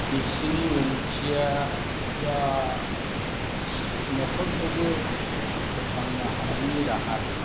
बिसोरनि उनत्तिआ एबा न'खरखौबो फोथांनो हानायनि राहा दङ